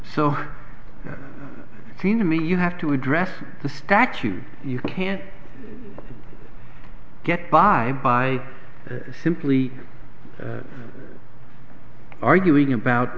so keen to me you have to address the statute you can't get by by simply arguing about